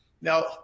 Now